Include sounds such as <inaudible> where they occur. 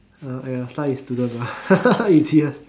uh ya start with student lah <laughs> easier